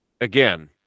again